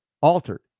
altered